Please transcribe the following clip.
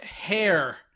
hair